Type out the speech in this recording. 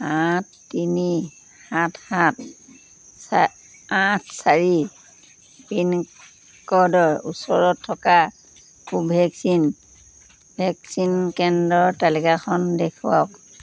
সাত তিনি সাত সাত চা আঠ চাৰি পিনক'ডৰ ওচৰত থকা কোভেক্সিন ভেকচিন কেন্দ্ৰৰ তালিকাখন দেখুৱাওক